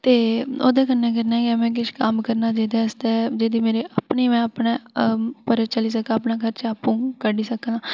ते ओह्दे कन्नै कन्नै गै में किश कम्म करना जेह्दे आस्तै जेह्दे आस्तै जेह्दी में अपने उप्पर चली सकां अपना खर्चा आपूं कड्डी सकां